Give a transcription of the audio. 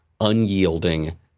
unyielding